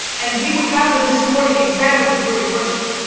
and we would have them this morning examined before your worship.